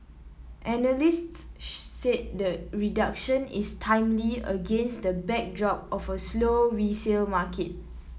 analysts said the reduction is timely against the backdrop of a slow resale market